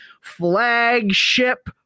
flagship